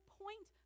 point